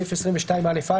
בסעיף 22א(א),